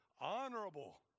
honorable